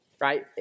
right